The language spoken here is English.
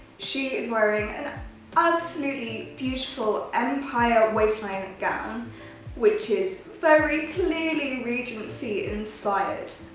she is wearing an ah absolutely beautiful empire waistline gown which is very clearly regency inspired.